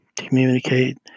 communicate